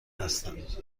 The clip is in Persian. هستند